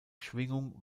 schwingung